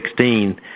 2016